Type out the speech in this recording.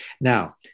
Now